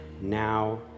now